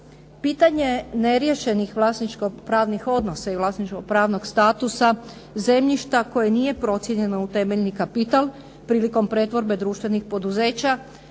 Pitanje neriješenih vlasničko-pravnih odnosa i vlasničko-pravnog statusa zemljišta koje nije procijenjeno u temeljni kapital prilikom pretvorbe društvenih poduzeća